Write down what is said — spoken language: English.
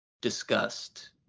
discussed